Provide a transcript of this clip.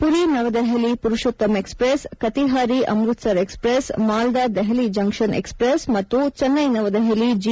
Puri Navadehali Purushottam express Katihar Amritsar express Malda Delhi junction express ಮತ್ತು Chennai Navadehali G